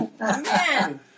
Amen